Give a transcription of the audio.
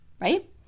right